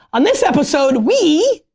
on this episode we